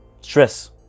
Stress